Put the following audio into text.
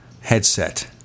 headset